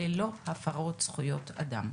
ללא הפרות זכויות אדם.